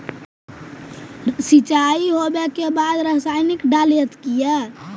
सीचाई हो बे के बाद रसायनिक डालयत किया?